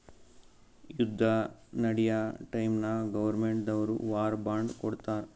ಯುದ್ದ ನಡ್ಯಾ ಟೈಮ್ನಾಗ್ ಗೌರ್ಮೆಂಟ್ ದವ್ರು ವಾರ್ ಬಾಂಡ್ ಕೊಡ್ತಾರ್